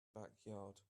backyard